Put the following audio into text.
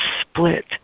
split